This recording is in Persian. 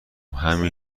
همین